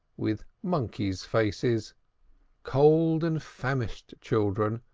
with monkeys' faces cold and famished children,